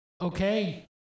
Okay